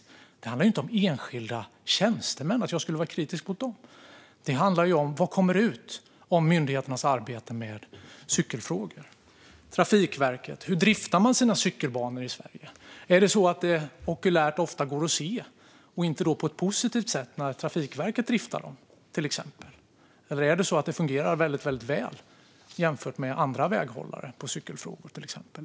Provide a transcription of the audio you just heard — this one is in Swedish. Det handlar inte om enskilda tjänstemän eller att jag skulle vara kritisk mot dem, utan det handlar om vad som kommer ut av myndigheternas arbete med cykelfrågor. Hur driftar Trafikverket sina cykelbanor i Sverige? Är det till exempel så att det okulärt ofta går att se - och inte på ett positivt sätt - när Trafikverket driftar dem, eller är det så att det fungerar väldigt väl jämfört med andra väghållare när det gäller cykelfrågor?